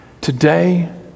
Today